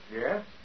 Yes